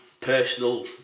personal